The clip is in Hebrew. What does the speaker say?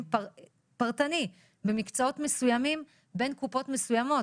פרטני במקצועות מסוימים בין קופות מסוימות.